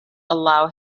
allow